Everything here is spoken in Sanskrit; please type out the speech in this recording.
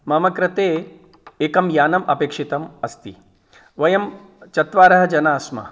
मम कृते एकं यानम् अपेक्षितम् अस्ति वयं चत्वारः जनाः स्मः